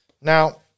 Now